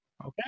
Okay